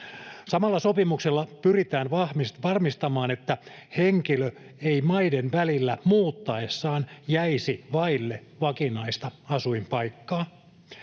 Samalla sopimuksella pyritään varmistamaan, että henkilö ei maiden välillä muuttaessaan jäisi vaille vakinaista asuinpaikkaa.